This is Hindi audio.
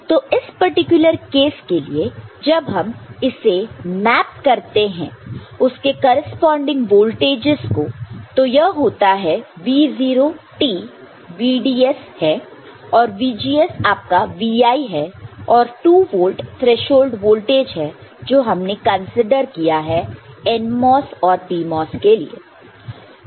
तो इस पर्टिकुलर केस के लिए जब हम इसे मैप करते हैं उसके करेस्पॉन्डिंग वोल्टेजस को तो यह होता है Vo t VDS है और VGS आपका Vi है और 2 वोल्ट थ्रेशोल्ड वोल्टेज है जो हमने कंसीडर किया है NMOS और PMOS के लिए